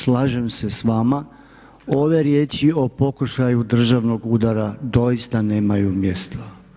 Slažem se s vama, ove riječi o pokušaju državnog udara doista nemaju mjesto.